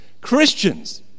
Christians